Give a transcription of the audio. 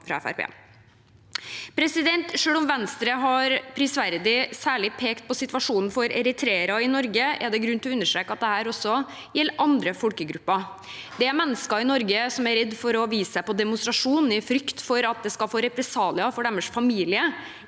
Selv om Venstre – prisverdig – særlig har pekt på situasjonen for eritreere i Norge, er det grunn til å understreke at dette også gjelder andre folkegrupper. Det er mennesker i Norge som er redde for å vise seg på demonstrasjoner i frykt for represalier mot sin familie